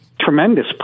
tremendous